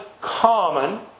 common